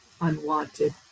unwanted